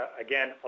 again